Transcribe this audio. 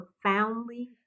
profoundly